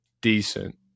decent